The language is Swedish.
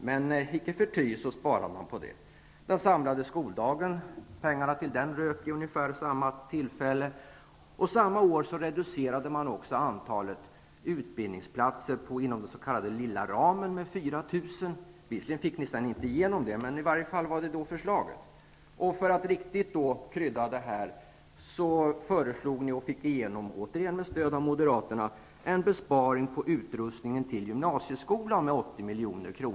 Men icke förty sparade man in på den resursen. Pengarna till den samlade skoldagen rök vid ungefär samma tillfälle. Samma år reducerades också antalet utbildningsplatser inom den s.k. lilla ramen med 4 000. Visserligen fick man inte igenom detta förslag, men man lade i alla fall fram ett sådant förslag. Som en extra krydda föreslog man och fick igenom -- återigen med stöd av moderaterna -- en besparing på utrustningen till gymnasieskolan med 80 milj.kr.